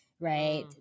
right